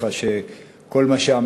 שכל מה שאמרת